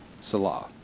Salah